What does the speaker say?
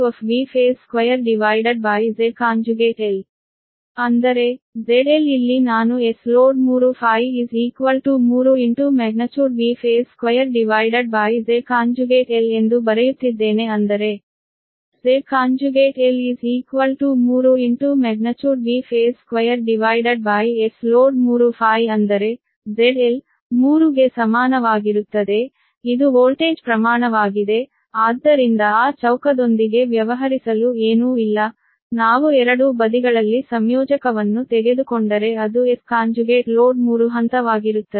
ಅಂದರೆ ZLಇಲ್ಲಿ ನಾನು Sload3Φ 3 Vphase2ZLಎಂದು ಬರೆಯುತ್ತಿದ್ದೇನೆ ಅಂದರೆ ZL 3 Vphase2Sload3∅ ಅಂದರೆ ZL 3 ಗೆ ಸಮಾನವಾಗಿರುತ್ತದೆ ಇದು ವೋಲ್ಟೇಜ್ ಪ್ರಮಾಣವಾಗಿದೆ ಆದ್ದರಿಂದ ಆ ಚೌಕದೊಂದಿಗೆ ವ್ಯವಹರಿಸಲು ಏನೂ ಇಲ್ಲ ನಾವು ಎರಡೂ ಬದಿಗಳಲ್ಲಿ ಸಂಯೋಜಕವನ್ನು ತೆಗೆದುಕೊಂಡರೆ ಅದು S ಕಾಂಜುಗೇಟ್ ಲೋಡ್ 3 ಹಂತವಾಗಿರುತ್ತದೆ